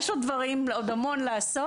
יש עוד המון דברים לעשות,